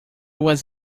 was